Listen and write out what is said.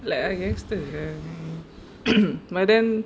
like a gangster seh but then